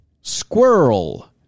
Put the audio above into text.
Squirrel